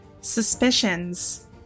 Suspicions